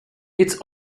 its